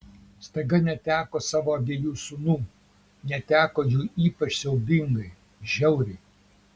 staiga neteko savo abiejų sūnų neteko jų ypač siaubingai žiauriai